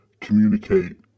communicate